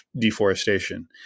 deforestation